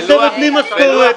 לשבת בלי משכורת,